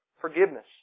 Forgiveness